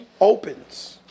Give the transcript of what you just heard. opens